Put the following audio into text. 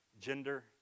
gender